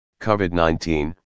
COVID-19